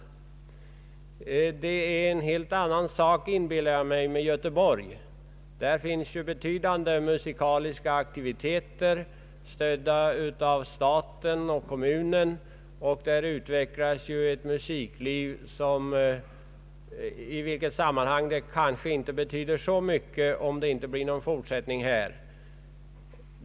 Jag inbillar mig att det är en helt annan sak beträffande Göteborg. Där finns ju betydande musikaliska aktiviteter som är stödda av stat och kom mun, och där utvecklas ju ett rikt musikliv, varför det kanske inte har så stor betydelse om den hittillsvarande verksamheten inte fortsättes.